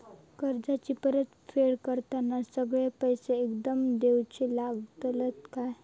कर्जाची परत फेड करताना सगळे पैसे एकदम देवचे लागतत काय?